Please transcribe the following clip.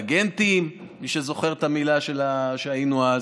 מי שזוכר את המילה שהשתמשנו בה